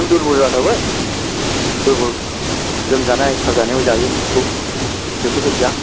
नों दुरबल जाखाबाय दुरबल लोमजानाय साजानायाव जायो मुगखौ बेफोरखौ जा